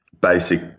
basic